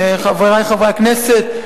חברי חברי הכנסת,